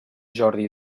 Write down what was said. jordi